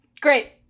Great